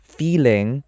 feeling